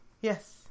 Yes